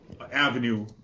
avenue